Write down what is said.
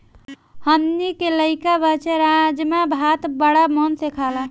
हमनी के लइका बच्चा राजमा भात बाड़ा मन से खाला